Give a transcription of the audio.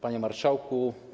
Panie Marszałku!